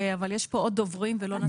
אבל יש פה עוד דוברים ולא נספיק.